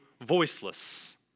voiceless